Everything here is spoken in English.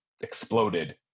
exploded